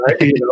Right